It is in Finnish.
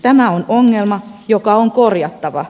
tämä on ongelma joka on korjattava